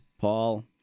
Paul